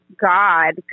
God